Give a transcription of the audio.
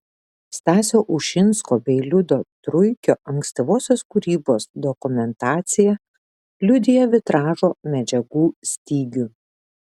stasio ušinsko bei liudo truikio ankstyvosios kūrybos dokumentacija liudija vitražo medžiagų stygių